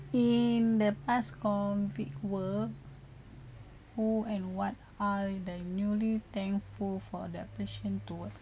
in the past COVID world who and what are the newly thankful for that passion towards